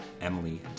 Emily